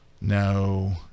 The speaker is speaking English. no